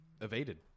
evaded